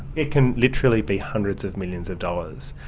it can literally be hundreds of millions of dollars.